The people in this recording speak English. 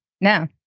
No